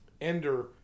ender